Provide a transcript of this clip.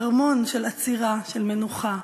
ארמון של עצירה, של מנוחה,